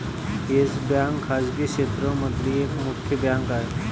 yes bank खाजगी क्षेत्र मधली एक मोठी बँक आहे